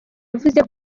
yavuze